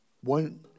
one